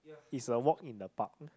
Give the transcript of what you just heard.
is a walk in a pub